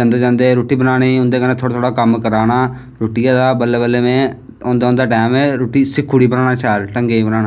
जंदे जंदे रुट्टी बनानी ते उंदे कन्नै थोह्ड़ा कम्म करना रुट्टियै दा बल्लें बल्लें में औंदा औंदा में सिक्खी ओड़ी रुट्टी बनाना ढंगै दी में